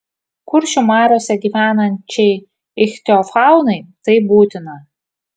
kuršių mariose gyvenančiai ichtiofaunai tai būtina